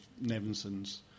Nevinson's